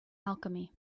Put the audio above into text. alchemy